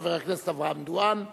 חבר הכנסת אברהם דואן,